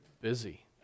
busy